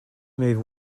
move